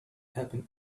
happen